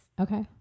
Okay